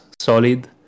solid